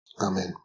Amen